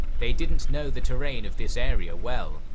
they didn't know the terrain of this area well,